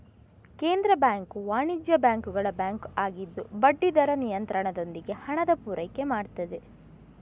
ಕೇಂದ್ರ ಬ್ಯಾಂಕು ವಾಣಿಜ್ಯ ಬ್ಯಾಂಕುಗಳ ಬ್ಯಾಂಕು ಆಗಿದ್ದು ಬಡ್ಡಿ ದರ ನಿಯಂತ್ರಣದೊಂದಿಗೆ ಹಣದ ಪೂರೈಕೆ ಮಾಡ್ತದೆ